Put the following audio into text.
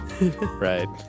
right